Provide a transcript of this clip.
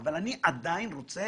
אבל אני עדיין רוצה